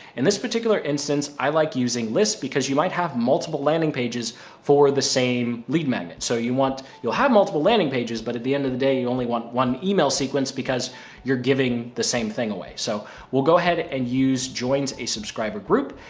and this particular instance, i like using lists because you might have multiple landing pages for the same lead magnet. so you want you'll have multiple landing pages, but at the end of the day, you only want one email sequence, because you're giving the same thing away. so we'll go ahead and use joins a subscriber group,